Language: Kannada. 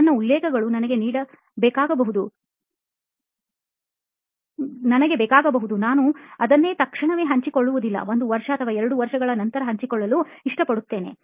ನನ್ನ ಉಲ್ಲೇಖಗಳು ನನಗೆ ಬೇಕಾಗಬಹುದು ನಾನು ಅದನ್ನು ತಕ್ಷಣವೇ ಹಂಚಿಕೊಳ್ಳುವುದಿಲ್ಲ ಒಂದು ವರ್ಷ ಅಥವಾ ಒಂದೆರಡು ವರ್ಷಗಳ ನಂತರ ಹಂಚಿಕೊಳ್ಳಲು ಇಷ್ಟಪಡುತ್ತೇನೆ